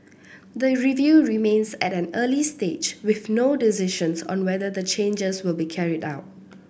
the review remains at an early stage with no decisions on whether the changes will be carried out